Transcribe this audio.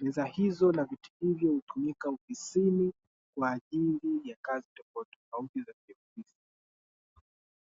meza hizo na viti hivyo hutumika ofisini kwa ajili ya kazi tofautitofauti za kiofisi.